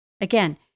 Again